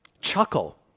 Chuckle